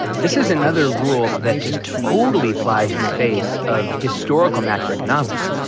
this is another rule that just totally flies in the face of historical macroeconomics.